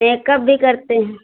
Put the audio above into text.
makeup भी करते हैं